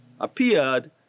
appeared